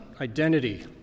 identity